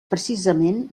precisament